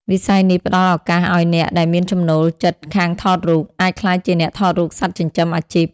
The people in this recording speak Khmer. វិស័យនេះផ្ដល់ឱកាសឱ្យអ្នកដែលមានចំណូលចិត្តខាងថតរូប អាចក្លាយជាអ្នកថតរូបសត្វចិញ្ចឹម អាជីព។